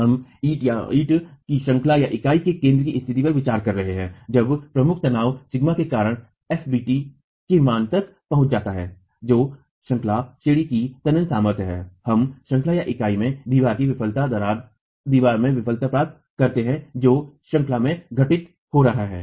हम ईंट श्रंखलाइकाई के केंद्र में स्थिति पर विचार कर रहे हैं जब प्रमुख तनाव सिग्मा के कारण fbt के मान तक पहुँच जाता है जो श्रंखलाइकाई की तनन सामर्थ्य है हम श्रंखलाइकाई में दीवार में विफलता दरार द्वारा दीवार में विफलता प्राप्त करते हैं जो श्रंखलाइकाई में घटित हो रहा है